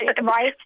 Right